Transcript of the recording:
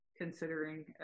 considering